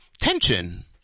tension